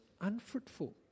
unfruitful